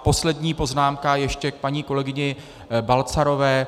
Poslední poznámka ještě k paní kolegyni Balcarové.